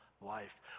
life